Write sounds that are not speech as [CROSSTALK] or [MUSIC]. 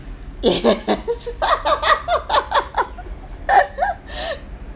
[LAUGHS] yes